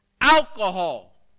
alcohol